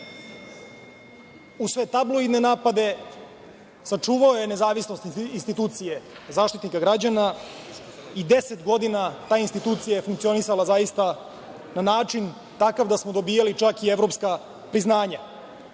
uz sve tabloidne napade sačuvao je nezavisnost institucije Zaštitnika građana i deset godina ta institucija je funkcionisala zaista na takav način da smo dobijali čak i evropska priznanja. Ono